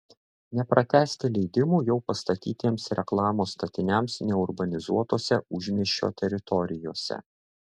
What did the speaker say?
nepratęsti leidimų jau pastatytiems reklamos statiniams neurbanizuotose užmiesčio teritorijose